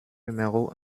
numéro